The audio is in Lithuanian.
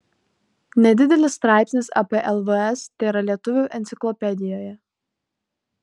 nedidelis straipsnis apie lvs tėra lietuvių enciklopedijoje